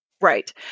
Right